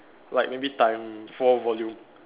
like maybe time four volume